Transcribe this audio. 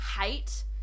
hate